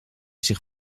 zich